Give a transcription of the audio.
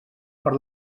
per